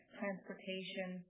transportation